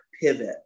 pivot